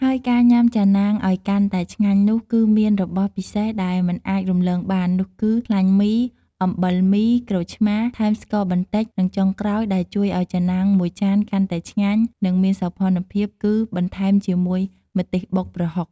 ហើយការញ៉ាំ ចាណាង ឱ្យកាន់តែឆ្ងាញ់នោះគឺមានរបស់ពិសេសដែលមិនអាចរំលងបាននោះគឺ ខ្លាញ់មី អំបិលមី ក្រូចឆ្មា ថែមស្ករបន្តិច និងចុងក្រោយដែលជួយឱ្យចាណាងមួយចានកាន់តែឆ្ងាញ់ និងមានសោភ័ណ្ឌភាព គឺបន្ថែមជាមួយ ម្ទេសបុកប្រហុក។